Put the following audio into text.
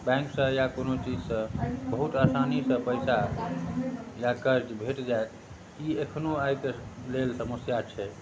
बैंकसँ या कोनो चीजसँ बहुत आसानीसँ पइसा या कर्ज भेट जाएत ई एखनहु आइके लेल समस्या छै